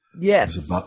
Yes